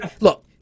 Look